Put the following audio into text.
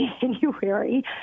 January